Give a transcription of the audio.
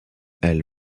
elle